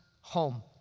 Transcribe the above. home